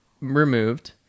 removed